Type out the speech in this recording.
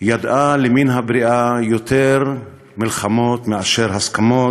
ידעה למן הבריאה יותר מלחמות, מהסכמות,